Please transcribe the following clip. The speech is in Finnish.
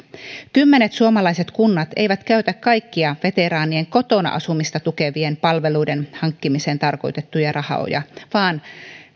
kymmenet suomalaiset kunnat eivät käytä kaikkia veteraanien kotona asumista tukevien palveluiden hankkimiseen tarkoitettuja rahoja vaan